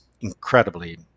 incredibly